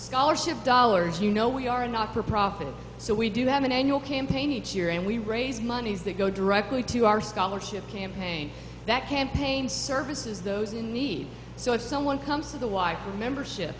scholarship dollars you know we are not for profit so we do have an annual campaign each year and we raise money as they go directly to our scholarship campaign that campaign services those in need so if someone comes to the y membership